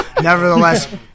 nevertheless